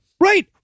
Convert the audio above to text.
Right